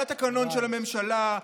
על התקנון של הממשלה,